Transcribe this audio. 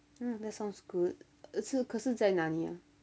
mm that sounds good 是可是在哪里啊